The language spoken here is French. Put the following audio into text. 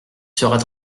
seras